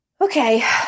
Okay